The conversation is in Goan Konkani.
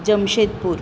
जमशेदपूर